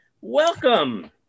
Welcome